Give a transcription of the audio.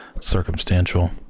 Circumstantial